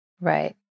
Right